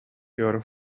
your